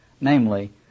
namely